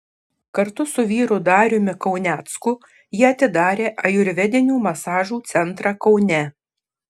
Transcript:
kartu su vyru dariumi kaunecku ji atidarė ajurvedinių masažų centrą kaune